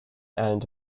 and